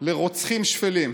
לרוצחים שפלים.